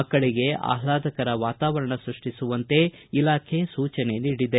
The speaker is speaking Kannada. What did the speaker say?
ಮಕ್ಕಳಿಗೆ ಆಹ್ಲಾದಕರ ವಾತಾವರಣ ಸೃಷ್ಷಿಸುವಂತೆ ಇಲಾಖೆ ಸೂಚನೆ ನೀಡಿದೆ